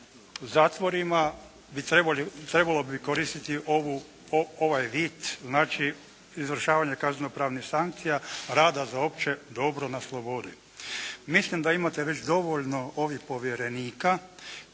zatvorima trebalo bi koristiti ovaj vid znači izvršavanja kazneno-pravnih sankcija rada za opće dobro na slobodi. Mislim da imate već dovoljno ovih povjerenika